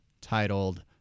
titled